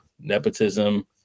nepotism